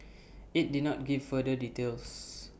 IT did not give further details